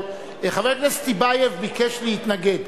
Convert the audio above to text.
חבר הכנסת טיבייב ביקש להתנגד.